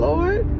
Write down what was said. Lord